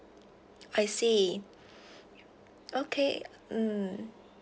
I see okay mm